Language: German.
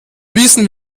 wissen